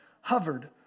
hovered